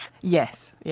Yes